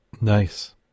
Nice